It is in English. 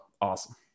Awesome